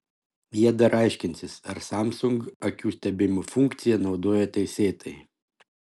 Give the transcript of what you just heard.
jie dar aiškinsis ar samsung akių stebėjimo funkciją naudoja teisėtai